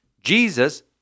Jesus